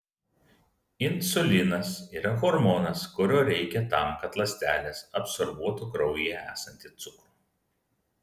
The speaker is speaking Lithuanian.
insulinas yra hormonas kurio reikia tam kad ląstelės absorbuotų kraujyje esantį cukrų